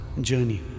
journey